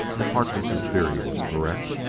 if harkness' theory was correct,